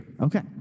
Okay